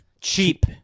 Cheap